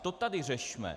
To tady řešme.